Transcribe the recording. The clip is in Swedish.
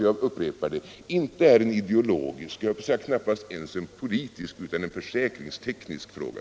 Jag upprepar att den inte är en ideologisk — och jag höll på att säga knappast en politisk — fråga utan en försäkringsteknisk fråga.